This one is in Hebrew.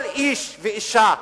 כל איש ואשה,